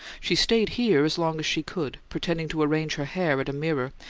she stayed here as long as she could, pretending to arrange her hair at a mirror,